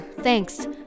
thanks